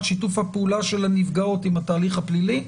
שיתוף הפעולה של הנפגעות עם התהליך הפלילי,